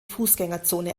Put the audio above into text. fußgängerzone